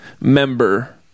member